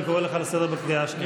אני קורא אותך לסדר בקריאה השנייה.